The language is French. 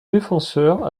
défenseur